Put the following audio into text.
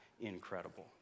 incredible